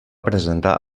presentar